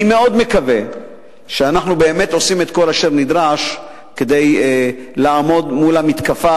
אני מאוד מקווה שאנחנו עושים באמת את כל אשר נדרש כדי לעמוד מול המתקפה,